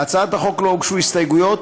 להצעת החוק לא הוגשו הסתייגויות,